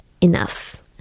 enough